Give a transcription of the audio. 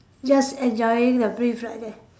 just enjoying the breeze right there